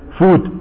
food